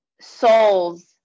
souls